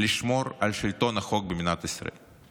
לשמור על שלטון החוק במדינת ישראל.